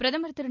பிரதமர் திரு